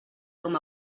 com